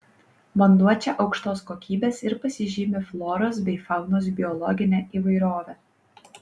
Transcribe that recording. vanduo čia aukštos kokybės ir pasižymi floros bei faunos biologine įvairove